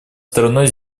стороной